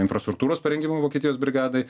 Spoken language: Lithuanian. infrastruktūros parengimo vokietijos brigadai